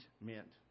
meant